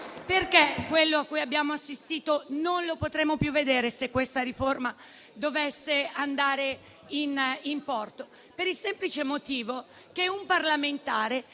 che quello a cui abbiamo assistito non lo potremo più vedere se questa riforma dovesse andare in porto, per il semplice motivo che un parlamentare